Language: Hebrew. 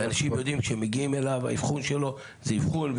אנשים יודעים כשהם מגיעים אליו שהאבחון שלו זה אבחון,